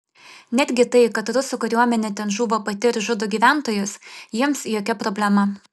netgi tai kad rusų kariuomenė ten žūva pati ir žudo gyventojus jiems jokia problema